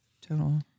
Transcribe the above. total